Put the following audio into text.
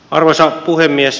arvoisa puhemies